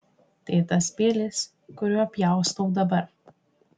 tai tas peilis kuriuo pjaustau dabar